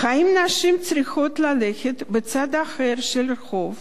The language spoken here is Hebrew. האם נשים צריכות ללכת בצד אחר של הרחוב?